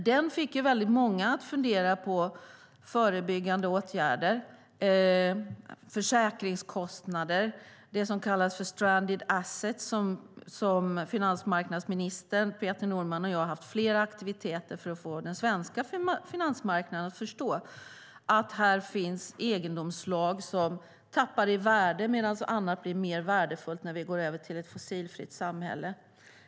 Rapporten fick många att fundera över förebyggande åtgärder, försäkringskostnader och det som kallas stranded assets. Finansmarknadsminister Peter Norman och jag har haft flera aktiviteter för att få den svenska finansmarknaden att förstå att här finns egendomsslag som tappar i värde medan annat blir mer värdefullt när vi går över till ett fossilfritt samhälle.